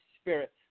spirit